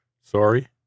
Sorry